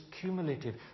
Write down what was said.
cumulative